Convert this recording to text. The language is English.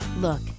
Look